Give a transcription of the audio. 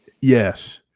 yes